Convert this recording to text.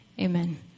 Amen